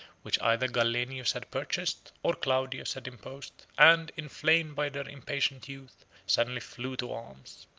which either gallienus had purchased, or claudius had imposed, and, inflamed by their impatient youth, suddenly flew to arms.